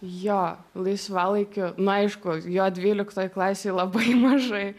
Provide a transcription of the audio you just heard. jo laisvalaikiu na aišku jo dvyliktoj klasėj labai mažai